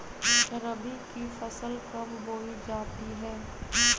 रबी की फसल कब बोई जाती है?